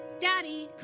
daddy,